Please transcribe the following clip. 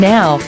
Now